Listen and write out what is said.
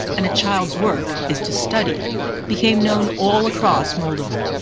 and a child's work is to study became known all across moldova.